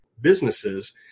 businesses